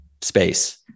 space